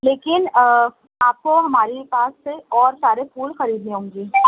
لیکن آپ کو ہمارے پاس سے اور سارے پھول خریدنے ہوں گے